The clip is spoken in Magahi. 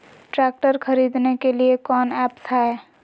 ट्रैक्टर खरीदने के लिए कौन ऐप्स हाय?